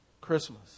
Christmas